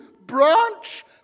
Branch